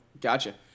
Gotcha